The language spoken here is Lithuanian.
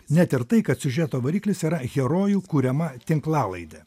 net ir tai kad siužeto variklis yra herojų kuriama tinklalaidė